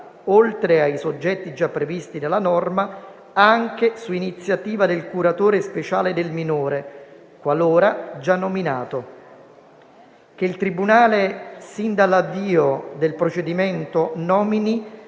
oltre ai soggetti già previsti dalla norma, anche su iniziativa del curatore speciale del minore, qualora già nominato; che il tribunale sin dall'avvio del procedimento nomini